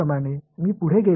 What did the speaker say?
மாணவர்